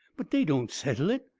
but dey don' settle hit.